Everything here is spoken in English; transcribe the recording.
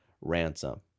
Ransom